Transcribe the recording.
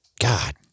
God